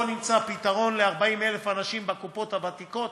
בוא נמצא פתרון ל-40,000 הנשים בקופות הוותיקות.